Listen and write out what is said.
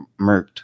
murked